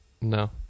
No